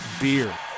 beer